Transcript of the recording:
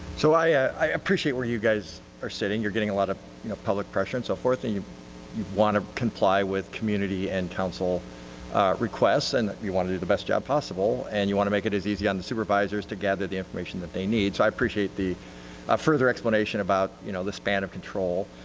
so i appreciate where you guys are sitting, you're getting a lot of public pressure and so forth and you want to comply with community and council requests and you want to do the best job possible and you want to make it as easy on the supervisors together the information that they need. so i appreciate the ah further explanation about you know the span of control.